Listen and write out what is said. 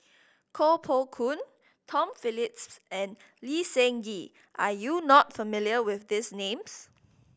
Koh Poh Koon Tom Phillips and Lee Seng Gee are you not familiar with these names